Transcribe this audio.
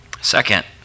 Second